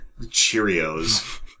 Cheerios